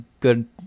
good